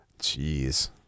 Jeez